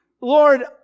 Lord